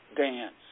dance